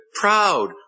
proud